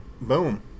Boom